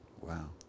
wow